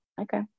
okay